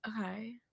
Okay